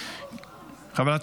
חברת